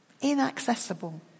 inaccessible